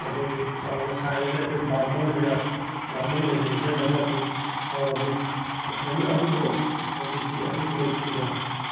ꯑꯩꯈꯣꯏꯒꯤ ꯆꯥꯎꯅ ꯁꯥꯔꯦꯒ ꯑꯩꯈꯣꯏ ꯕꯥꯃꯣꯟꯒ ꯕꯥꯃꯣꯟꯒ ꯂꯦꯡꯁꯜꯂꯒ ꯑꯩꯈꯣꯏ ꯇꯩꯔꯝꯃꯤ ꯃꯇꯝꯗꯨꯗ ꯑꯗꯨꯕꯨ ꯍꯧꯖꯤꯛꯇꯤ ꯑꯗꯨꯒꯨꯝꯕꯁꯤꯡꯗꯨ